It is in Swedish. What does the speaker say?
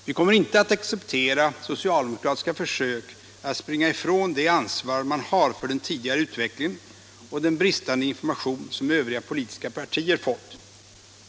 Vi kommer inte att acceptera socialdemokratiska försök att springa ifrån det ansvar man har för den tidigare utvecklingen och den bristande information som övriga politiska partier fått.